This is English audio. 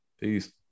peace